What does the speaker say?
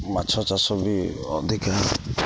ମାଛ ଚାଷ ବି ଅଧିକ